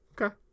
Okay